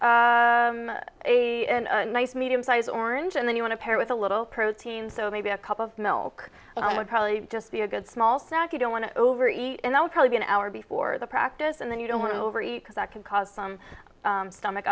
be a nice medium sized orange and then you want to pair with a little protein so maybe a cup of milk would probably just be a good small snack you don't want to overeat and that would probably be an hour before the practice and then you don't want to overeat because that can cause some stomach